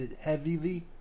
heavily